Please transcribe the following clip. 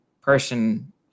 person